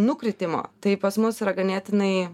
nukritimo tai pas mus yra ganėtinai